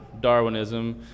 Darwinism